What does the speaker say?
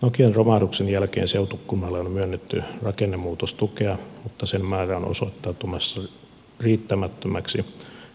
nokian romahduksen jälkeen seutukunnalle on myönnetty rakennemuutostukea mutta sen määrä on osoittautumassa riittämättömäksi